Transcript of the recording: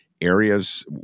areas